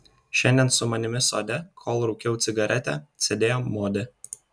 šiandien su manimi sode kol rūkiau cigaretę sėdėjo modė